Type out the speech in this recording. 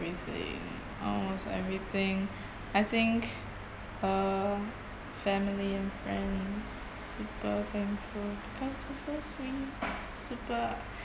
everything almost everything I think uh family and friends super thankful because they're so sweet super